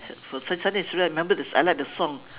suddenly suddenly is I remember the I like the song